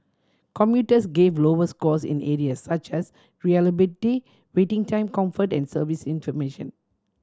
commuters gave lower scores in areas such as reliability waiting time comfort and service information